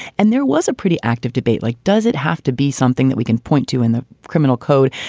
and there was a pretty active debate like, does it have to be something that we can point to in the criminal code?